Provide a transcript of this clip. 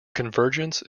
convergence